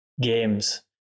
games